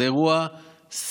זה אירוע סופר-מורכב.